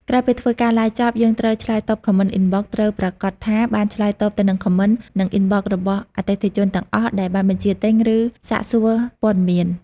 ក្រោយពេលធ្វើការឡាយចប់យើងត្រូវឆ្លើយតប Comment Inbox ត្រូវប្រាកដថាបានឆ្លើយតបទៅនឹង Comment និង Inbox របស់អតិថិជនទាំងអស់ដែលបានបញ្ជាទិញ ឬសាកសួរព័ត៌មាន។